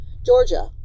Georgia